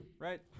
right